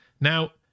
Now